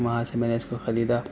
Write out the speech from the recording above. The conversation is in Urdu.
وہاں سے میں نے اس کو خریدا